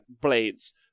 Blades